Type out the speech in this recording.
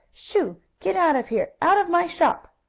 shoo! get out of here! out of my shop!